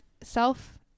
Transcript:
self